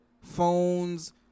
phones